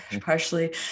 partially